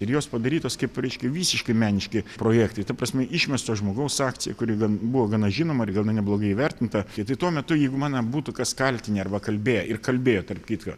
ir jos padarytos kaip reiškia visiškai meniški projektai ta prasme išmesto žmogaus akcija kuri buvo gana žinoma ir gana neblogai įvertinta tai tai tuo metu jeigu mane būtų kas kaltinę arba kalbėję ir kalbėjo tarp kitko